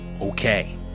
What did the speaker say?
Okay